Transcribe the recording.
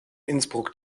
innsbruck